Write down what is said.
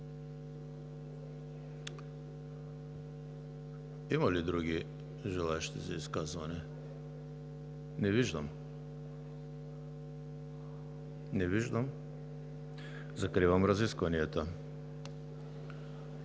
Има ли други желаещи за изказване? Не виждам. Закривам разискванията.